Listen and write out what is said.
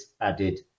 added